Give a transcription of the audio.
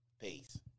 peace